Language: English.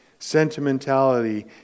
Sentimentality